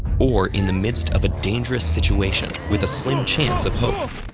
or in the midst of a dangerous situation with a slim chance of hope.